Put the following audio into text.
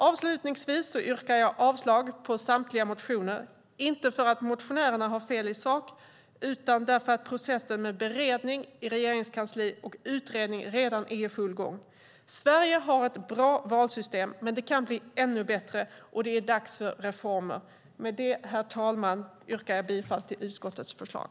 Avslutningsvis yrkar jag avslag på samtliga motioner - inte för att motionärerna har fel i sak utan därför att processen med beredning i regeringskansliet och utredning redan är i full gång. Sverige har ett bra valsystem, men det kan bli ännu bättre. Det är dags för reformer. Med det, herr talman, yrkar jag bifall till utskottets förslag.